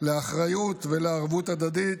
לאחריות ולערבות הדדית,